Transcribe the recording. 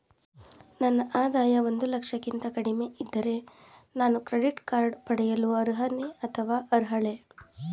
ನನ್ನ ಆದಾಯ ಒಂದು ಲಕ್ಷಕ್ಕಿಂತ ಕಡಿಮೆ ಇದ್ದರೆ ನಾನು ಕ್ರೆಡಿಟ್ ಕಾರ್ಡ್ ಪಡೆಯಲು ಅರ್ಹನೇ ಅಥವಾ ಅರ್ಹಳೆ?